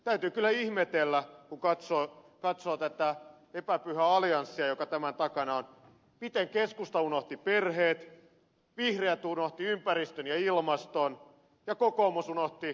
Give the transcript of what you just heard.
täytyy kyllä ihmetellä kun katsoo tätä epäpyhää allianssia joka tämän takana on miten keskusta unohti perheet vihreät unohtivat ympäristön ja ilmaston ja kokoomus unohti yrittäjät